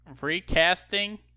recasting